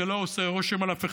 זה לא עושה רושם על אף אחד,